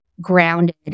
grounded